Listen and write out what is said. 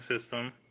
system